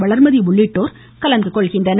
வளர்மதி உள்ளிட்டோர் கலந்துகொள்கின்றனர்